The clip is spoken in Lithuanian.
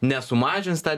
nesumažins tą